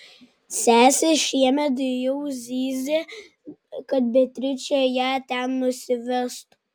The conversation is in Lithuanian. sesė šiemet jau zyzė kad beatričė ją ten nusivestų